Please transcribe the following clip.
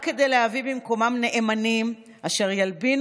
רק כדי להביא במקומם נאמנים אשר ילבינו